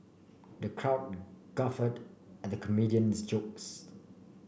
the crowd guffawed at the comedian's jokes